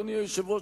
אדוני היושב-ראש,